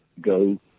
go